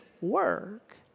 work